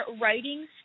writing